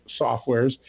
softwares